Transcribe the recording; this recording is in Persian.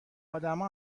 ادمها